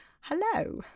Hello